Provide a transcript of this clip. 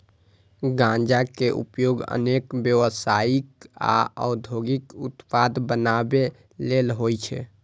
गांजा के उपयोग अनेक व्यावसायिक आ औद्योगिक उत्पाद बनबै लेल होइ छै